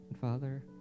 Father